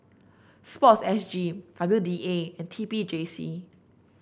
sports S G W D A and T P J C